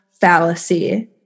fallacy